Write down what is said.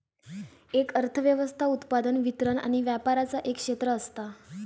एक अर्थ व्यवस्था उत्पादन, वितरण आणि व्यापराचा एक क्षेत्र असता